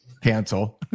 cancel